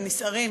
הם נסערים.